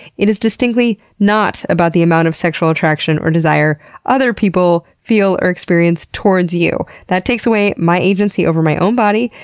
it is distinctly not about the amount of sexual attraction or desire other people feel or experience towards you. that takes away my agency over my own body,